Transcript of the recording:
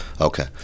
Okay